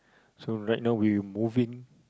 so right now we moving